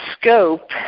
scope